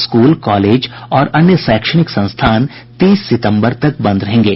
school college और अन्य शैक्षणिक संस्थान तीस सितम्बर तक बंद रहेंगे